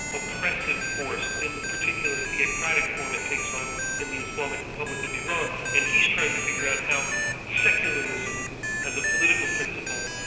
oppressive force in the particular theocratic form it takes on in the islamic republic of iran, and he's trying to figure out how secularism as a political principle,